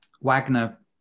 Wagner